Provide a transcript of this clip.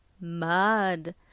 mud